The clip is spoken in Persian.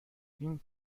این